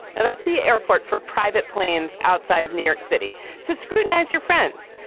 and that's the airport for private planes outside of new york city. so scrutinize your friends.